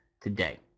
today